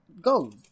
go